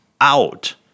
out